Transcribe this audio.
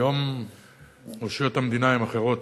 היום רשויות המדינות הן אחרות.